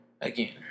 Again